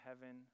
heaven